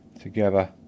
together